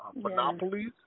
monopolies